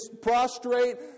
prostrate